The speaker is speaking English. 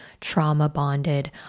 trauma-bonded